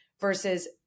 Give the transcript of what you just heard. versus